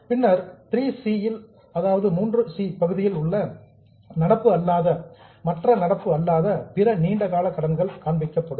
பின்னர் 3c பகுதியில் மற்ற நடப்பு அல்லாத பிற நீண்ட கால கடன்கள் காண்பிக்கப்படும்